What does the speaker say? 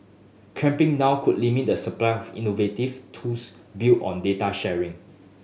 clamping down could limit the supply of innovative tools built on data sharing